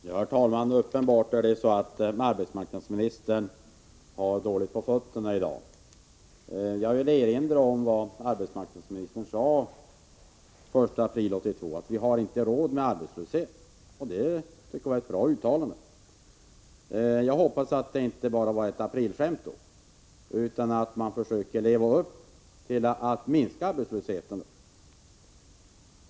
Herr talman! Uppenbarligen har arbetsmarknadsministern dåligt på fötterna i dag. Jag vill erinra om vad arbetsmarknadsministern sade den 1 april 1982. Hon sade att vi inte har råd med arbetslöshet. Det tyckte jag var ett bra uttalande. Jag hoppas att det inte bara var ett aprilskämt, utan att man också försöker leva upp till detta och vill minska arbetslösheten.